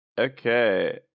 okay